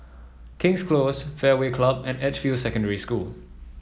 King's Close Fairway Club and Edgefield Secondary School